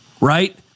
Right